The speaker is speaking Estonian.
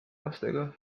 lastega